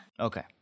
Okay